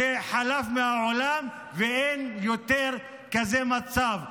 זה חלף מהעולם ואין כזה מצב יותר.